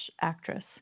actress